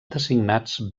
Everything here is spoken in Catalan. designats